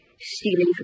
stealing